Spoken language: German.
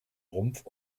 rumpf